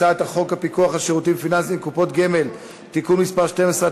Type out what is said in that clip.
הצעת חוק הפיקוח על שירותים פיננסיים (קופות גמל) (תיקון מס' 12),